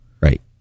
Right